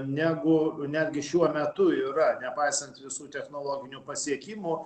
negu netgi šiuo metu yra nepaisant visų technologinių pasiekimų